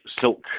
silk